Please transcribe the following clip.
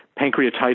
pancreatitis